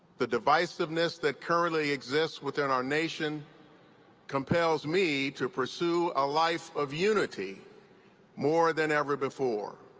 the divisiveness that currently exists within our nation compels me to pursue a life of unity more than ever before.